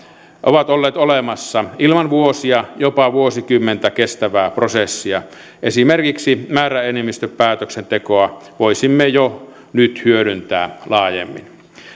ovat olleet olemassa ilman vuosia jopa vuosikymmentä kestävää prosessia esimerkiksi määräenemmistöpäätöksentekoa voisimme jo nyt hyödyntää laajemmin